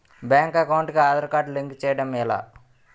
Bank account కి Aadhaar card link చేయడం ఎలా?